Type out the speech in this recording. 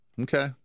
Okay